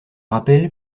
rappel